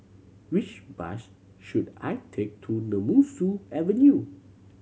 which bus should I take to Nemesu Avenue